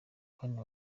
kane